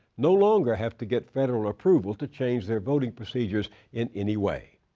no longer have to get federal approval to change their voting procedures in any way.